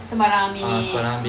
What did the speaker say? sembarang ambil